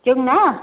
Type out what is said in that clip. जोंना